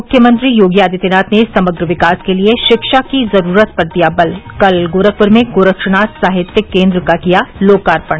मुख्यमंत्री योगी आदित्यनाथ ने समग्र विकास के लिये शिक्षा की ज़रूरत पर दिया बल कल गोरखपुर में गोरक्षनाथ साहित्यिक केन्द्र का किया लोकार्पण